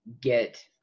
get